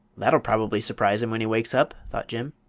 that'll probably surprise him when he wakes up, thought jim.